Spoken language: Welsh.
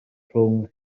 rhwng